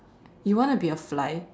you want to be a fly